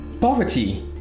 Poverty